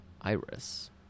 iris